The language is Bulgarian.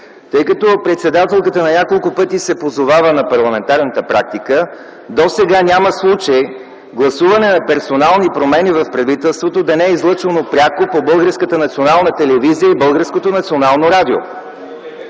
тъй като председателката на няколко пъти се позовава на парламентарната практика, досега няма случай гласуване на персонални промени в правителството да не е излъчвано пряко по Българската